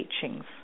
teachings